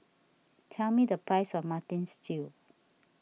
tell me the price of Mutton Stew